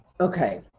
Okay